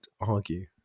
argue